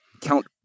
Count